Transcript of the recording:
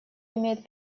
имеет